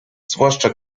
zwłaszcza